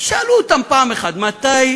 תשאלו אותם פעם אחת מתי,